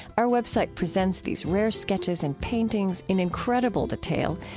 our web site presents these rare sketches and paintings in incredible detail.